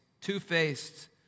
two-faced